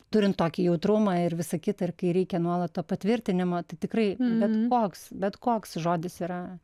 turint tokį jautrumą ir visa kita ir kai reikia nuolat to patvirtinimo tai tikrai bet koks bet koks žodis yra